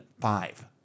five